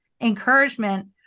encouragement